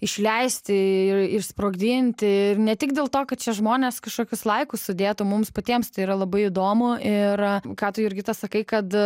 išleisti ir išsprogdinti ir ne tik dėl to kad šie žmonės kažkokius laikus sudėtų mums patiems tai yra labai įdomu ir ką tu jurgita sakai kad